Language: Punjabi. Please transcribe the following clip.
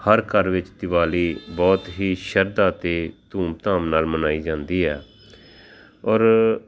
ਹਰ ਘਰ ਵਿੱਚ ਦਿਵਾਲੀ ਬਹੁਤ ਹੀ ਸ਼ਰਧਾ ਅਤੇ ਧੂਮਧਾਮ ਨਾਲ ਮਨਾਈ ਜਾਂਦੀ ਹੈ ਔਰ